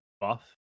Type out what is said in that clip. buff